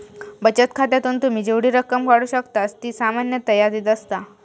बचत खात्यातून तुम्ही जेवढी रक्कम काढू शकतास ती सामान्यतः यादीत असता